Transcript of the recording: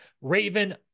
Raven